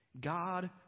God